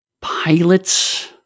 pilots